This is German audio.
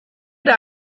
der